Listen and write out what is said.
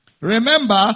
Remember